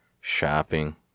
shopping